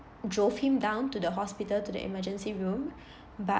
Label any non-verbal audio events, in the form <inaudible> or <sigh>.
drove him down to the hospital to the emergency room <breath> but